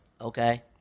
okay